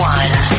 one